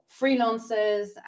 freelancers